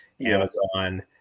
Amazon